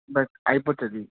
but అయిపోతుంది